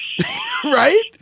Right